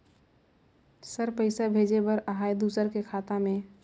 Sir पइसा भेजे बर आहाय दुसर के खाता मे?